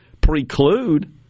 preclude